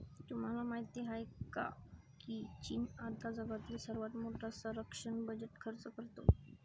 तुम्हाला माहिती आहे का की चीन आता जगातील सर्वात मोठा संरक्षण बजेट खर्च करतो?